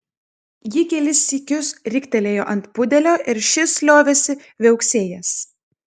ji kelis sykius riktelėjo ant pudelio ir šis liovėsi viauksėjęs